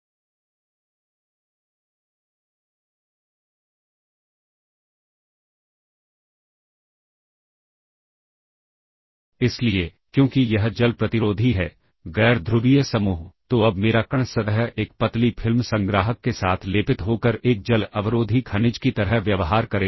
अब यदि कोई सबरूटीन रजिस्टर की सामग्री पर संचालन करता है और फिर इन संशोधनों को सबरूटीन से लौटने पर कॉलिंग प्रोग्राम में वापस स्थानांतरित कर दिया जाएगा